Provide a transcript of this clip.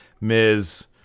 Miz